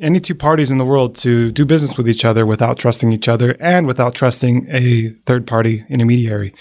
any two parties in the world to do business with each other without trusting each other and without trusting a third-party intermediary.